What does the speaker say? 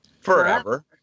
Forever